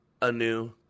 anew